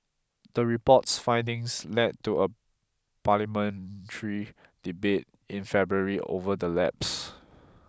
the report's findings led to a parliamentary debate in February over the lapses